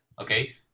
okay